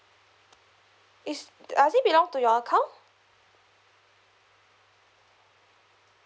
it's does it belong to your account